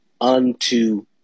unto